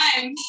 time